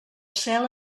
cel